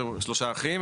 והם שלושה אחים,